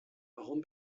warum